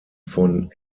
von